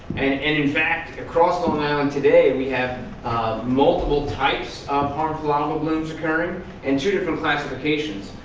and and, in fact, across long island today we have multiple types of harmful algal blooms occurring and two different classifications.